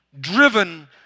driven